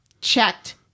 checked